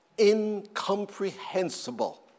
Incomprehensible